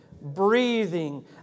breathing